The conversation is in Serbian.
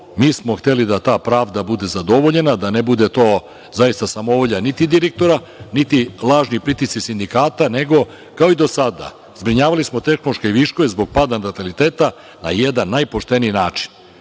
Mi smo hteli da ta pravda bude zadovoljena, da ne bude to zaista samovolja niti direktora, niti lažni pritisci sindikata, nego kao i do sada, zbrinjavali smo tehnološke viškove zbog pada nataliteta na jedan najpošteniji način.